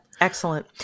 excellent